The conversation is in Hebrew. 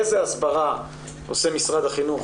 איזו הסברה עושה משרד החינוך,